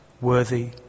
worthy